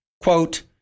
Quote